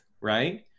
right